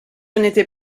n’était